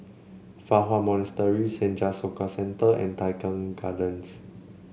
Fa Hua Monastery Senja Soka Centre and Tai Keng Gardens